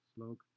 Slog